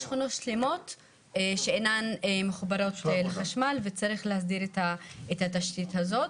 יש שכונות שלמות שאינן מחוברות לחשמל וצריך להסדיר את התשתית הזאת.